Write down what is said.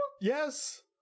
Yes